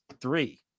three